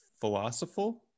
philosophical